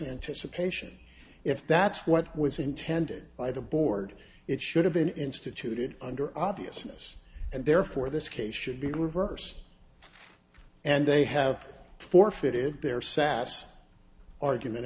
anticipation if that's what was intended by the board it should have been instituted under obviousness and therefore this case should be reversed and they have forfeited their sas argument